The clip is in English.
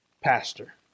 pastor